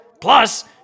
Plus